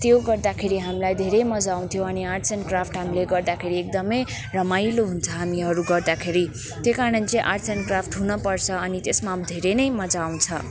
त्यो गर्दाखेरि हामीलाई धेरै मज्जा आउँथ्यो अनि आर्ट्स एन्ड क्राफ्ट हामीले गर्दाखेरि एकदमै रमाइलो हुन्छ हामीहरू गर्दाखेरि त्यही कारण चाहिँ आर्ट्स एन्ड क्राफ्ट हुनुपर्छ अनि त्यसमा धेरै नै मज्जा आउँछ